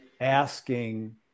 asking